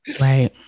Right